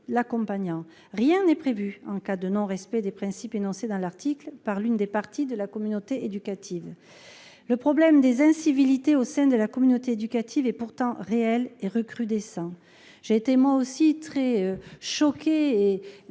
rien n'est prévu en cas de non-respect des principes énoncés dans l'article par l'une des parties de la communauté éducative. Le problème des incivilités au sein de la communauté éducative est pourtant réel et recrudescent. J'ai été moi aussi vraiment